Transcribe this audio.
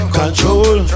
control